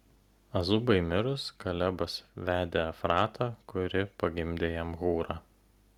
azubai mirus kalebas vedė efratą kuri pagimdė jam hūrą